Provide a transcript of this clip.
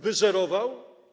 Wyzerował?